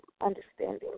Understanding